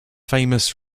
famous